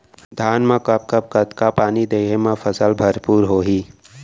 धान मा कब कब कतका पानी देहे मा फसल भरपूर होही?